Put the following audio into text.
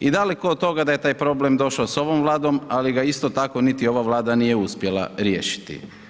i daleko od toga da je taj problem došao s ovom Vladom, ali ga isto tako niti ova Vlada nije uspjela riješiti.